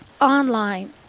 online